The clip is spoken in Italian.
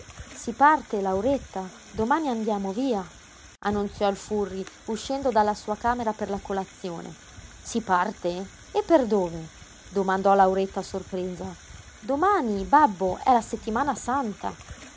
si parte lauretta domani andiamo via annunziò il furri uscendo dalla sua camera per la colazione si parte e per dove domandò lauretta sorpresa domani babbo è la settimana santa